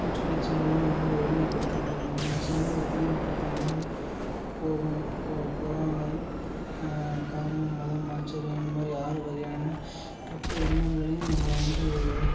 மூச்சுப் பயிற்சி மூலமாக மனதை ஒருநிலைப்படுத்த முடியும் சிந்தனை தெளிவுப்படுத்த முடியும் கோபம் பொ பொறமை காமம் மதம் ஆச்சரியம் இந்த மாதிரி ஆறு வகையான கெட்ட எண்ணங்களையும் நம்மளை வந்து